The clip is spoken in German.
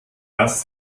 dass